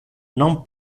non